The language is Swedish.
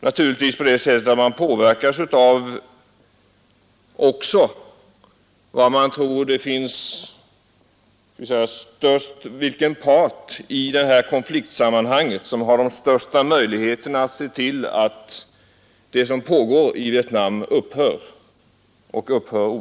Naturligtvis påverkas man också av vilken part i det här konfliktsammanhanget som man tror har de största möjligheterna att se till, att det som pågår i Vietnam upphör.